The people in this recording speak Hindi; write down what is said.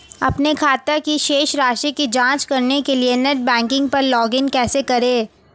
अपने खाते की शेष राशि की जांच करने के लिए नेट बैंकिंग पर लॉगइन कैसे करें?